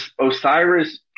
Osiris